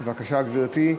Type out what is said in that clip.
בבקשה, גברתי.